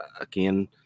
again